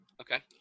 okay